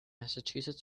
massachusetts